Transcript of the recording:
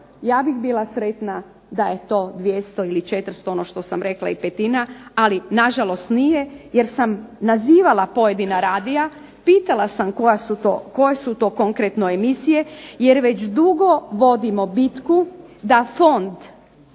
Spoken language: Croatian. ja bih bila sretna da je to 200 ili 400 ono što sam rekla petina, ali nažalost nije jer sam nazivala pojedina radija, pitala sam koje su to konkretno emisije, jer već dugo vodimo bitku da Vijeće